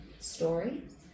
stories